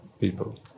people